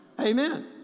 Amen